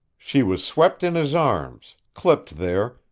she was swept in his arms, clipped there,